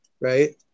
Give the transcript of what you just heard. right